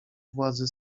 władzy